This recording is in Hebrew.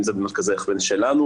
אם זה במרכזי ההכוון שלנו,